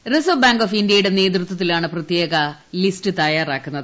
reserve bank of ഇന്ത്യയുടെ നേതൃത്വത്തിലാണ് പ്രത്യേക ലിസ്റ്റ് തയ്യാറാക്കുന്നത്